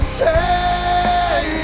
say